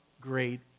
great